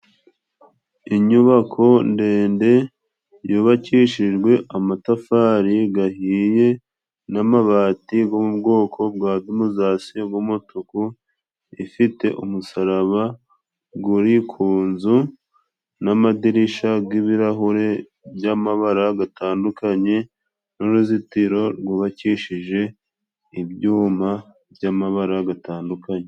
Inyubako ndende yubakishijwe amatafari gahiye, n'amabati go mu bwoko bwa Dumuzasi, g'umutuku. Ifite umusaraba guri ku nzu n'amadirishya g'ibirahure g'amabara gatandukanye, n'uruzitiro rwubakishije ibyuma by'amabara gatandukanye.